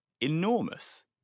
enormous